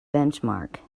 benchmark